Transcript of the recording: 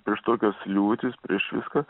prieš tokios liūtys prieš viską